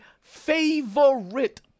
favorite